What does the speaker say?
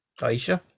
Aisha